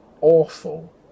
awful